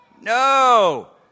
No